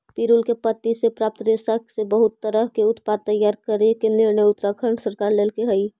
पिरुल के पत्ति से प्राप्त रेशा से बहुत तरह के उत्पाद तैयार करे के निर्णय उत्तराखण्ड सरकार लेल्के हई